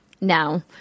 No